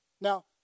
Now